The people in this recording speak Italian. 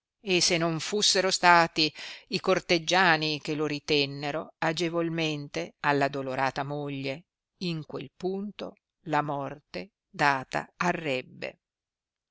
e se non fussero stati i corteggiani che lo ritennero agevolmente alla dolorata moglie in quel punto la morte data arrebbe